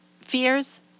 fears